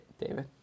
David